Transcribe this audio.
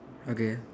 okay